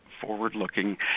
forward-looking